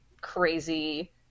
crazy